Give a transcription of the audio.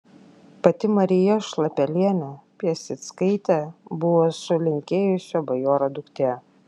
pati marija šlapelienė piaseckaitė buvo sulenkėjusio bajoro duktė